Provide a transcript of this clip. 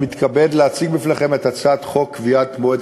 אני מתכבד להציג בפניכם את הצעת חוק קביעת מועד